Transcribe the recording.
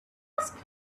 asked